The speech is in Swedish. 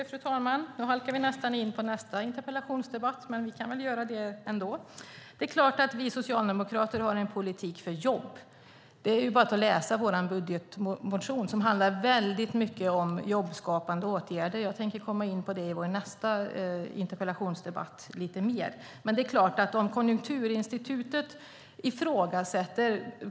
Fru talman! Det är klart att vi socialdemokrater har en politik för jobb. Det är bara att läsa vår budgetmotion som väldigt mycket handlar om jobbskapande åtgärder. Jag tänkte gå in på det lite mer i vår nästa interpellationsdebatt.